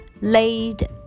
laid